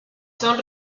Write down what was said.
son